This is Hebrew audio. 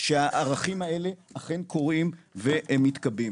שהערכים האלה אכן קורים והם מתקבעים.